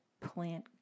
plant